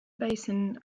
basin